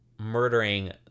murdering